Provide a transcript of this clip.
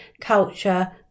culture